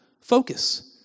focus